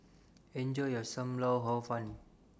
Enjoy your SAM Lau Hor Fun